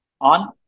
on